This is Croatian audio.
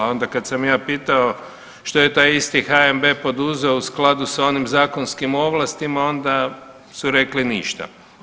A onda kad sam ja pitao što je taj isti HNB poduzeo u skladu sa onim zakonskim ovlastima onda su rekli ništa.